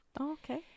okay